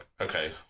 okay